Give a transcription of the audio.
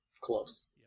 close